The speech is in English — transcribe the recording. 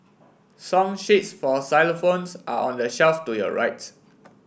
song sheets for xylophones are on the shelf to your rights